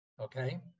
Okay